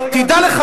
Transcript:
תדע לך,